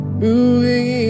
moving